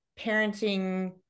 parenting